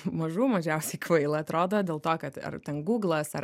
mažų mažiausiai kvaila atrodo dėl to kad ar ten gūglas ar